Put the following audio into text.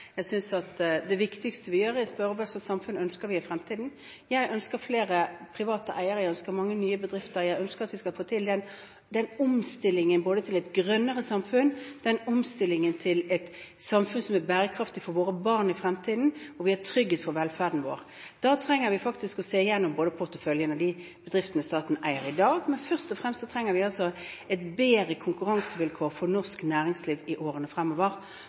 Jeg synes at det viktigste vi gjør, er å spørre hva slags samfunn vi ønsker i fremtiden. Jeg ønsker flere private eiere, jeg ønsker mange nye bedrifter, jeg ønsker at vi skal få til den omstillingen både til et grønnere samfunn, til et samfunn som er bærekraftig for våre barn i fremtiden, og til at vi har trygghet for velferden vår. Da trenger vi faktisk å se gjennom både porteføljen og de bedriftene staten eier i dag, men først og fremst trenger vi bedre konkurransevilkår for norsk næringsliv i årene fremover.